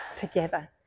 together